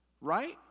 right